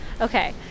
Okay